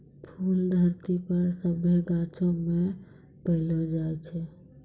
फूल धरती पर सभ्भे गाछौ मे पैलो जाय छै